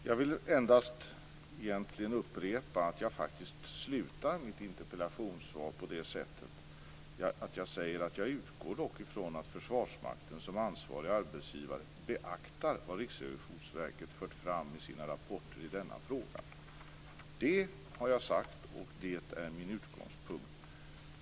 Herr talman! Jag vill egentligen bara upprepa att jag faktiskt slutar mitt interpellationssvar med att säga att jag utgår från att Försvarsmakten som ansvarig arbetsgivare beaktar vad Riksrevisionsverket fört fram i sina rapporter i denna fråga. Det har jag sagt och det är min utgångspunkt.